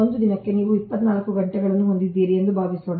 ಒಂದು ದಿನಕ್ಕೆ ನೀವು 24 ಘಂಟೆಗಳನ್ನು ಹೊಂದಿದ್ದೀರಿ ಎಂದು ಭಾವಿಸೋಣ